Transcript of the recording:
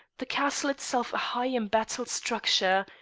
the castle itself a high embattled structure,